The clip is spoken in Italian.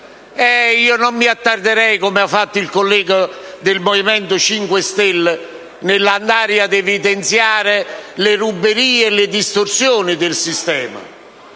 Non mi attarderei, come ha fatto il collega del Movimento 5 Stelle, nell'andare ad evidenziare le ruberie e le distorsioni del sistema.